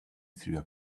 through